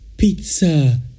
Pizza